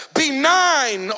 benign